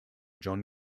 john